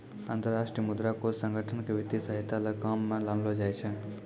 अन्तर्राष्ट्रीय मुद्रा कोष संगठन क वित्तीय सहायता ल काम म लानलो जाय छै